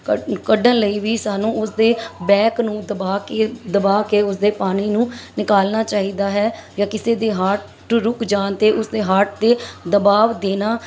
ਕ ਕੱਢਣ ਲਈ ਵੀ ਸਾਨੂੰ ਉਸਦੇ ਬੈਕ ਨੂੰ ਦਬਾ ਕੇ ਦਬਾ ਕੇ ਉਸਦੇ ਪਾਣੀ ਨੂੰ ਨਿਕਾਲਣਾ ਚਾਹੀਦਾ ਹੈ ਜਾਂ ਕਿਸੇ ਦੇ ਹਾਰਟ ਰੁੱਕ ਜਾਣ 'ਤੇ ਉਸਦੇ ਹਾਰਟ 'ਤੇ ਦਬਾਵ ਦੇਣਾ